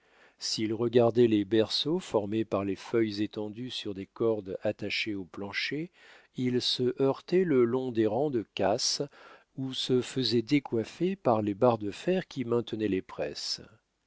s'ils regardaient les berceaux formés par les feuilles étendues sur des cordes attachées au plancher ils se heurtaient le long des rangs de casses ou se faisaient décoiffer par les barres de fer qui maintenaient les presses